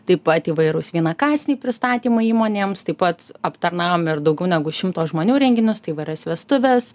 taip pat įvairūs vienakasniai pristatymai įmonėms taip pat aptarnaujam ir daugiau negu šimto žmonių renginius tai įvairias vestuves